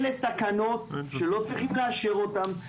אלה תקנות שלא צריכים לאשר אותן,